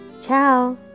Ciao